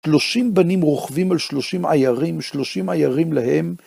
שלושים בנים רוכבים על שלושים עיירים, שלושים עיירים להם.